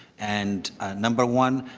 and number one,